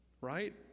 right